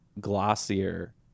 glossier